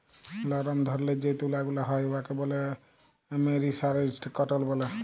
লরম ধরলের যে তুলা গুলা হ্যয় উয়াকে ব্যলে মেরিসারেস্জড কটল ব্যলে